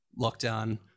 lockdown